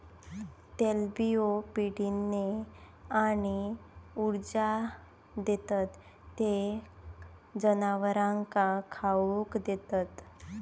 तेलबियो पिढीने आणि ऊर्जा देतत ते जनावरांका खाउक देतत